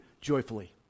joyfully